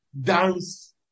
Dance